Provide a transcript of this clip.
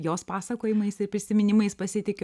jos pasakojimais ir prisiminimais pasitikiu